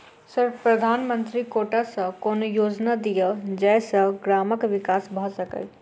Sir प्रधानमंत्री quota सऽ कोनो योजना दिय जै सऽ ग्रामक विकास भऽ सकै?